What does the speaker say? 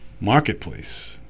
marketplace